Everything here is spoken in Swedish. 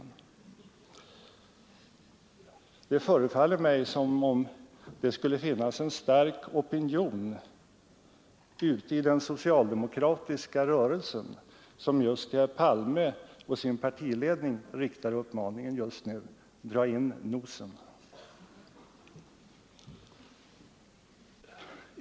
Men det förefaller mig som om det skulle finnas en stark opinion ute i den socialdemokratiska rörelsen som just nu till herr Palme och partiledningen riktar uppmaningen: Dra in nosen!